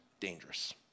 Dangerous